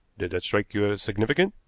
did that strike you as significant?